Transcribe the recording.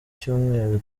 cyumweru